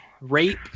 rape